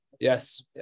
yes